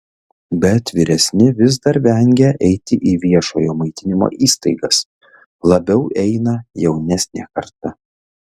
bet vyresni vis dar vengia eiti į viešojo maitinimo įstaigas labiau eina jaunesnė karta